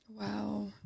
Wow